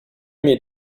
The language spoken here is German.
mir